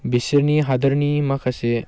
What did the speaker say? बिसोरनि हादोरनि माखासे